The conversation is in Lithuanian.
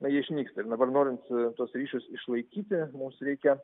na jie išnyksta ir dabar norint tuos ryšius išlaikyti mus reikia